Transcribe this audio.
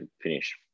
finish